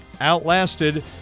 outlasted